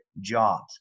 jobs